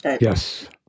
yes